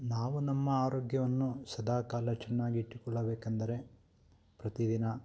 ನಾವು ನಮ್ಮ ಆರೋಗ್ಯವನ್ನು ಸದಾ ಕಾಲ ಚೆನ್ನಾಗಿಟ್ಟುಕೊಳ್ಳಬೇಕೆಂದರೆ ಪ್ರತಿ ದಿನ